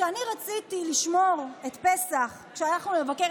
כשאני רציתי לשמור את פסח כשהלכנו לבקר